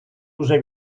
уже